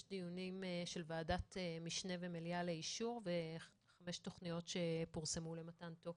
שישה דיונים של ועדת משנה ומליאה לאישור וחמש תכניות שפורסמו למתן תוקף.